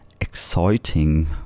exciting